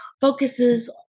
focuses